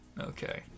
Okay